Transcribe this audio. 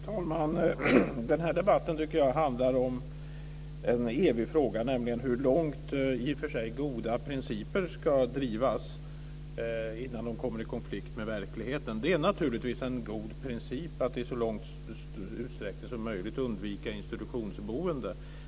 Fru talman! Den här debatten tycker jag handlar om en evig fråga, nämligen hur långt i och för sig goda principer ska drivas innan de kommer i konflikt med verkligheten. Det är naturligtvis en god princip att i så stor utsträckning som möjligt undvika institutionsboende.